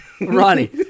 Ronnie